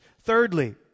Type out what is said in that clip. Thirdly